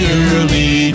early